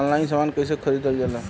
Online समान कैसे खरीदल जाला?